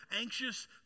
anxious